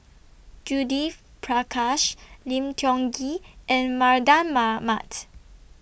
Judith Prakash Lim Tiong Ghee and Mardan Mamat